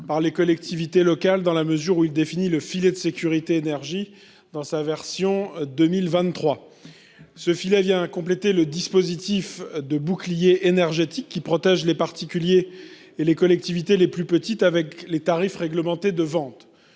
par les collectivités locales, dans la mesure où il définit le filet de sécurité énergie dans sa version 2023. Ce filet vient compléter le dispositif de bouclier énergétique qui protège les particuliers et les collectivités les plus petites avec les tarifs réglementés de vente.